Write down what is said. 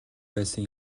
байсан